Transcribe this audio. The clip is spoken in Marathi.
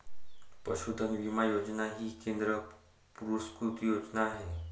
पशुधन विमा योजना ही केंद्र पुरस्कृत योजना आहे